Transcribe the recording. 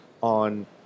on